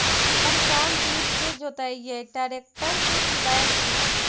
हर कौन चीज से जोतइयै टरेकटर से कि बैल से?